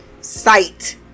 sight